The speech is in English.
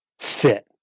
fit